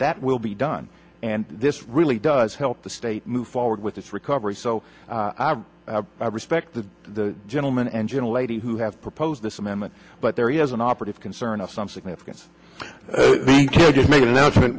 that will be done and this really does help the state move forward with its recovery so i respect the gentleman and gentle lady who have proposed this amendment but there is an operative concern of some significance the judges make an announcement